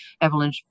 Evelyn